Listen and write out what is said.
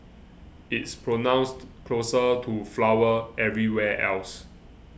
it's pronounced closer to flower everywhere else